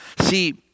See